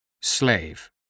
Slave